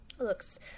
looks